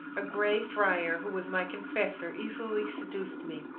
a grey friar, who was my confessor, easily seduced me.